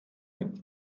mit